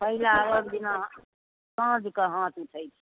पहिला अरघ दिना साँझ कऽ हाथ उठैत छै